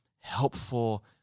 helpful